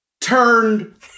turned